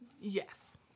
Yes